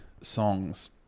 songs